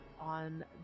on